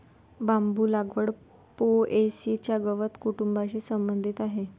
बांबू लागवड पो.ए.सी च्या गवत कुटुंबाशी संबंधित आहे